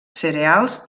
cereals